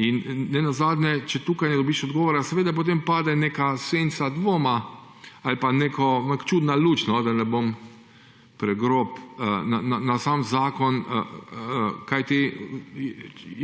in nenazadnje če tukaj ne dobiš odgovora, seveda, potem pade neka senca dvoma ali pa neka čudna luč, da ne bom pregrob, na sam zakon. Kajti,